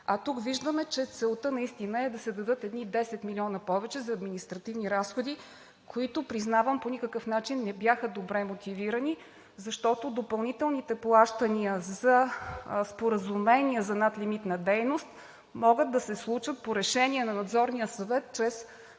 а тук виждаме, че целта наистина е да се дадат едни 10 милиона повече за административни разходи, които, признавам, по никакъв начин не бяха добре мотивирани, защото допълнителните плащания за споразумения за надлимитна дейност могат да се случат по решение на Надзорния съвет чрез